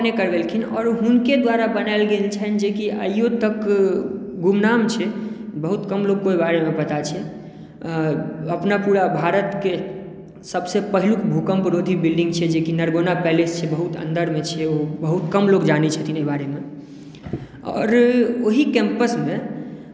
ओ अपने करबेलखिन आ हुनके द्वारा बनाओल गेल छनि जेकी आइयो तक गुमनाम छै बहुत कम लोकक ओहि बारेमे पता छै अपना पूरा भारतके सबसॅं पहील भूकम्परोधी बिल्डिंग छै जेकी नरगौना पैलेस छै बहुत अन्दरमे छै ओ बहुत कम लोग जाने छथिन एहिबारेमे आओर ओहि कैम्पस मे